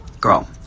Girl